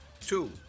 Two